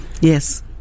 Yes